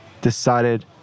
decided